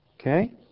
Okay